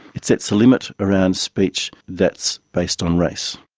it sets a limit around speech that's based on race.